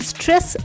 Stress